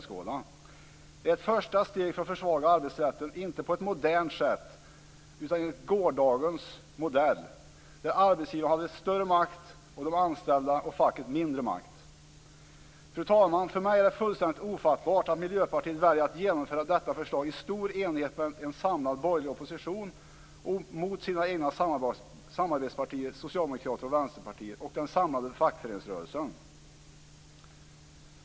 Detta är ett första steg för att försvaga arbetsrätten inte på ett modernt sätt, utan enligt gårdagens modell, där arbetsgivaren hade större makt och de anställda och facket mindre makt. Fru talman! För mig är det fullständigt ofattbart att Miljöpartiet väljer att genomföra detta förslag i enighet med en samlad borgerlig opposition mot sina egna samarbetspartier Socialdemokraterna och Vänsterpartiet samt den samlade fackföreningsrörelsen.